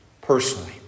personally